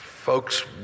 folks